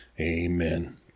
Amen